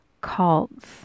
cults